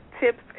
tips